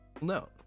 no